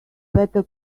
better